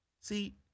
See